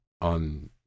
on